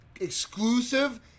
exclusive